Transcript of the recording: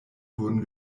wurden